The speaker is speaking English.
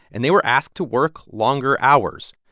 and they were asked to work longer hours.